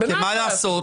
כועס?